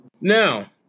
Now